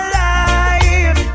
life